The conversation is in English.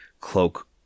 Cloak